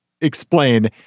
explain